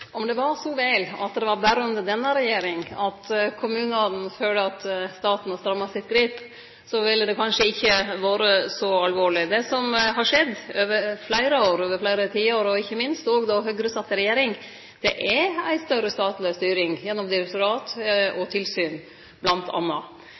var så vel at det var berre under denne regjeringa at kommunane føler at staten har stramma sitt grep, så ville det kanskje ikkje ha vore så alvorleg. Det som har skjedd over fleire år, over fleire tiår, ikkje minst då Høgre satt i regjering, er at det er ei større statleg styring bl.a. gjennom